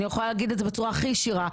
אני יכולה להגיד את זה בצורה הכי ישירה,